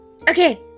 Okay